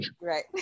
Right